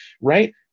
right